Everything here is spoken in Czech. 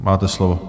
Máte slovo.